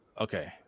okay